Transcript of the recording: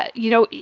ah you know,